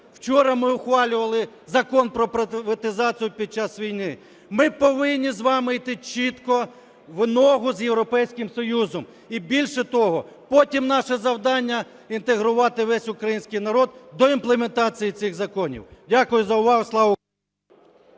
учора ми ухвалювали Закон про приватизацію під час війни. Ми повинні з вами йти чітко в ногу з Європейським Союзом, і більше того, потім наше завдання – інтегрувати весь український народ до імплементації цих законів. Дякую за увагу.